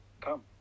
come